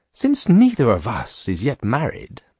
since neither of us is yet married,